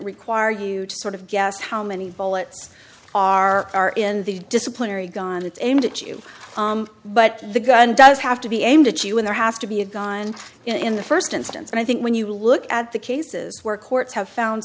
require you to sort of guess how many bullets are in the disciplinary gun it's aimed at you but the gun does have to be aimed at you when there has to be a gun in the st instance and i think when you look at the cases where courts have found